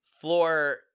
Floor